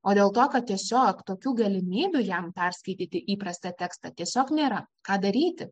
o dėl to kad tiesiog tokių galimybių jam perskaityti įprastą tekstą tiesiog nėra ką daryti